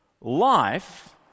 Life